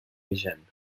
vigent